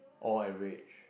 orh average